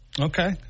okay